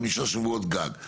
חמישה שבועות גג.